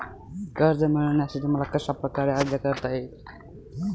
कर्ज मिळविण्यासाठी मला कशाप्रकारे अर्ज करता येईल?